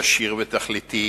ישיר ותכליתי,